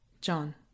John